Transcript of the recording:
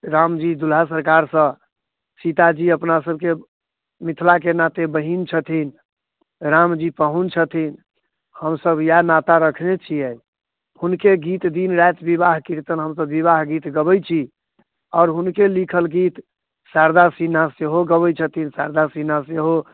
रामजी दुलहा सरकारसँ सीताजी अपना सबके मिथिलाके नाते बहीन छथिन रामजी पाहुन छथिन हमसब इएह नाता रखने छियै हुनके गीत दिन राति विवाह कीर्तन हमसब विवाह गीत गबै छी आओर हुनके लिखल गीत शारदा सिन्हा सेहो गबै छथिन शारदा सिन्हा सेहो